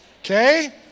okay